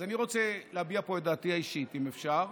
אז אני רוצה להביע פה את דעתי האישית, אם אפשר,